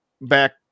back